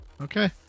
Okay